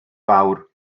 fawr